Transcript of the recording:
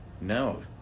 No